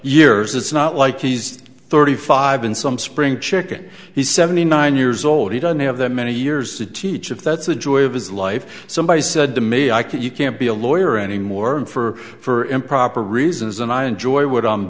years it's not like he's thirty five in some spring chicken he's seventy nine years old he doesn't have that many years to teach if that's the joy of his life somebody said to me i could you can't be a lawyer anymore for for improper reasons and i enjoy